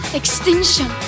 extinction